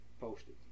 posted